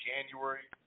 January